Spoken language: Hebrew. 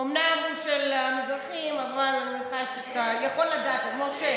אומנם הוא של המזרחים, אבל אתה יכול לדעת, משה.